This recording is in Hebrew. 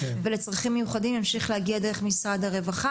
ולצרכים מיוחדים ימשיך להגיע דרך משרד הרווחה